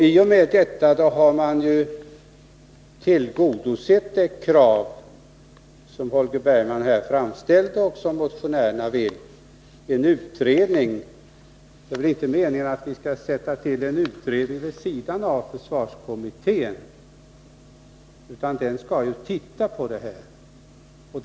I och med det har ju det krav som Holger Bergman här framställt, liksom motionärernas yrkande om en utredning, tillgodosetts. Det är väl inte meningen att man skall tillsätta en utredning vid sidan av försvarskommittén — den skall ju ta upp den här frågan.